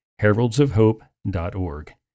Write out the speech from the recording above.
HeraldsofHope.org